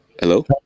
Hello